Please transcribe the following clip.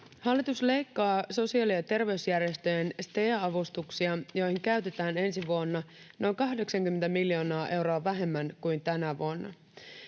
Hallitus leikkaa sosiaali- ja terveysjärjestöjen STEA-avustuksia, joihin käytetään ensi vuonna noin 80 miljoonaa euroa vähemmän kuin tänä vuonna.